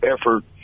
effort